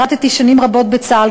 שירתי שנים רבות בצה"ל,